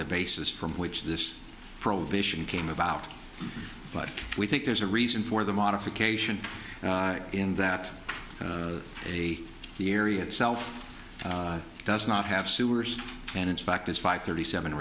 the basis from which this prohibition came about but we think there's a reason for the modification in that the the area itself does not have sewers and in fact it's five thirty seven